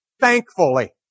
thankfully